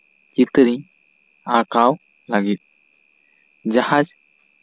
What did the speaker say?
ᱪᱤᱛᱟᱹᱨ ᱤᱧ ᱟᱸᱠᱟᱣ ᱞᱟᱹᱜᱤᱫ ᱡᱟᱦᱟᱸ